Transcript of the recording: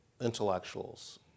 intellectuals